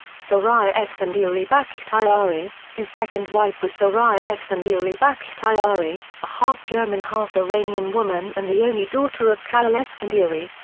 soraya esfandiary-bakhtiari his second wife was soraya esfandiary-bakhtiari, a half-german half-iranian woman and the only daughter of khalil esfandiary,